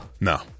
No